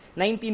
19